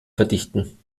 verdichten